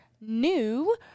new